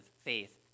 faith